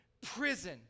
prison